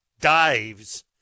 dives